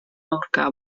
aurka